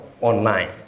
online